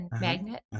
magnet